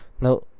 now